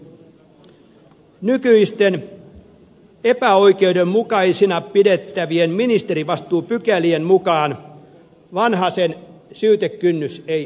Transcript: nykyisten epäoikeudenmukaisina pidettävien ministerivastuupykälien mukaan vanhasen syytekynnys ei ylity